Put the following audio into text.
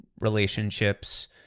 relationships